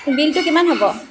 বিলটো কিমান হ'ব